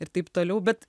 ir taip toliau bet